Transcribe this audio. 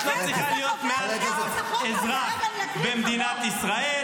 את לא צריכה להיות מעל אזרח במדינת ישראל.